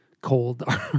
cold